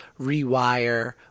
rewire